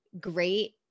Great